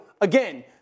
again